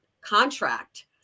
contract